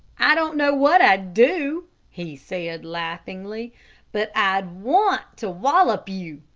i don't know what i'd do he said, laughingly but i'd want to wallop you.